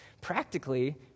Practically